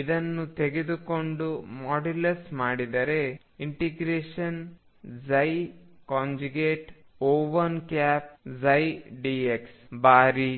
ಇದನ್ನು ತೆಗೆದುಕೊಂಡು ಮಾಡ್ಯುಲಸ್ ಮಾಡಿದರೆ ∫O1ψdx ಬಾರಿ